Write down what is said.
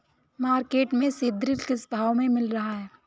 Market में seed drill किस भाव में मिल रहा है?